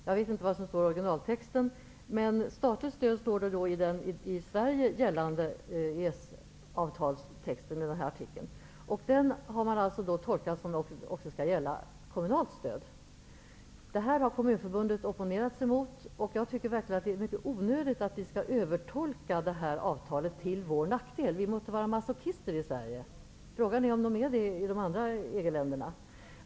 Jag vet inte hur originaltexten lyder, men i den i Sverige gällande EES-avtalstexten talas det alltså i denna artikel om ''statligt stöd''. Detta har man tolkat så att det också skall gälla kommunalt stöd. Kommunförbundet har opponerat sig mot detta, och jag tycker att det är onödigt att vi övertolkar avtalet till vår nackdel. Vi måste vara masochister i Sverige. Frågan är om man är det i de andra EG länerna.